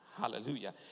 Hallelujah